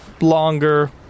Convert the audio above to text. longer